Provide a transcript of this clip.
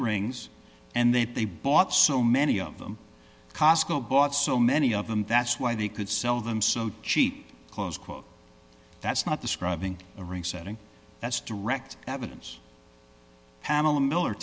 rings and they bought so many of them cosco bought so many of them that's why they could sell them so cheap close quote that's not the scrubbing a ring setting that's direct evidence pamela miller